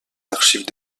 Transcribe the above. archives